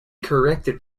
corrected